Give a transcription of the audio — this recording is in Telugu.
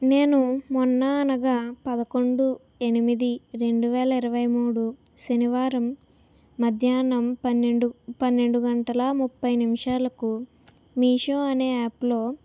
నేను మొన్న అనగా పదకొండు ఎనిమిది రెండు వేల ఇరవై మూడు శనివారం మధ్యాహ్నం పన్నెండు పన్నెండు గంటల ముప్పై నిమిషాలకు మీషో అనే యాప్లో